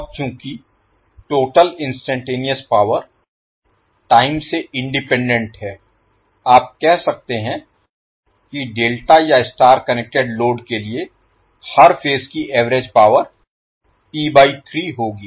अब चूंकि total instantaneous power time से इंडिपेंडेंट है आप कह सकते हैं कि डेल्टा या स्टार कनेक्टेड लोड के लिए हर फेज की एवरेज पावर p3 होगी